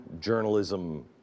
journalism